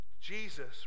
Jesus